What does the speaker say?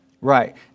Right